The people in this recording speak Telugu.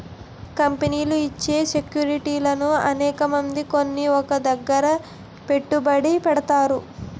కంపెనీలు ఇచ్చే సెక్యూరిటీలను అనేకమంది కొని ఒక దగ్గర పెట్టుబడి పెడతారు